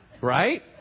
right